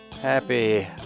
Happy